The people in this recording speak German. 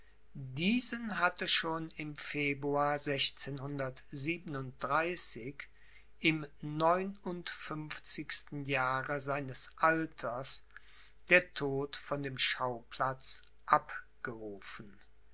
diesen hatte schon im februar im neunundfünfzigsten jahre seines alters der tod von dem schauplatz abgerufen